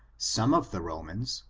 some of the romans,